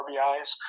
RBIs